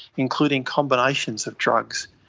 including combinations of drugs.